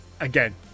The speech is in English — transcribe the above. again